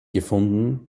gefunden